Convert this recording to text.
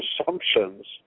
assumptions